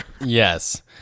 Yes